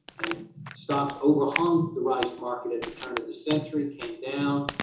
and stocks overhung the rice market at the turn of the century, came down,